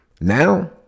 Now